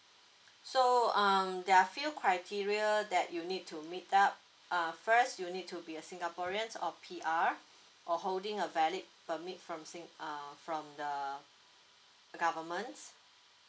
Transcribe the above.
so um there are few criteria that you need to meet up uh first you need to be a singaporeans or P_R or holding a valid permit from sing uh from the governments